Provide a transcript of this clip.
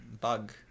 bug